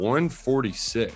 146